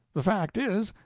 the fact is,